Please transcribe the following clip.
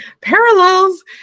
Parallels